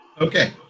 Okay